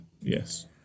yes